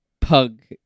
pug